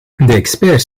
experts